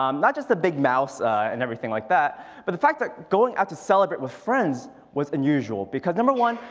um not just the big mouse and everything like that but the fact that going out to celebrate with friends was unusual because number one,